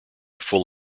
full